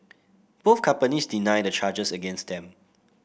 both companies deny the charges against them